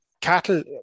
Cattle